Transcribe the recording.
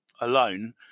alone